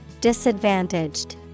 Disadvantaged